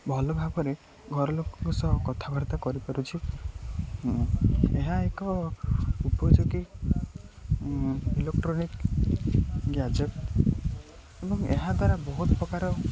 ଭଲ ଭାବରେ ଘର ଲୋକଙ୍କ ସହ କଥାବାର୍ତ୍ତା କରିପାରୁଛି ଏହା ଏକ ଉପଯୋଗୀ ଇଲକ୍ଟ୍ରୋନିକ୍ ଗ୍ୟାଜେଟ୍ ଏବଂ ଏହାଦ୍ୱାରା ବହୁତ ପ୍ରକାର